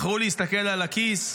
בחרו להסתכל על הכיס,